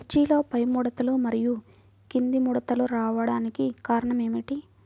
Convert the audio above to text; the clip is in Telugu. మిర్చిలో పైముడతలు మరియు క్రింది ముడతలు రావడానికి కారణం ఏమిటి?